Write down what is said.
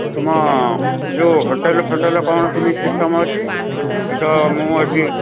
ତୁମ ଯୋଉ ହୋଟେଲ ଫୋଟେଲ କ'ଣ କେମିତି ସିଷ୍ଟମ ଅଛି ତ ତ ମୁଁ ଏଠି